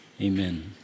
Amen